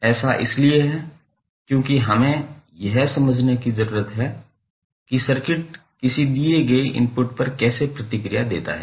ऐसा इसलिए है क्योंकि हमें यह समझने की जरूरत है कि सर्किट किसी दिए गए इनपुट पर कैसे प्रतिक्रिया देता है